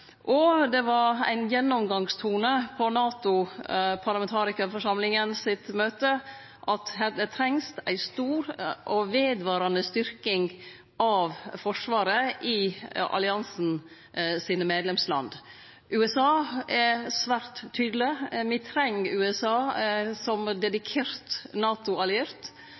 og det var ein gjennomgangstone på NATO-parlamentarikarforsamlinga sitt møte at det trengst ei stor og vedvarande styrking av Forsvaret i alliansen sine medlemsland. USA er svært tydeleg. Me treng USA som dedikert